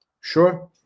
Sure